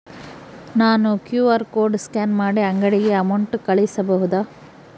ನಾನು QR code scan ಮಾಡಿ ಅಂಗಡಿಗೆ ಅಮೌಂಟ್ ಕಳಿಸಬಹುದಾ?